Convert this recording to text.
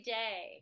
day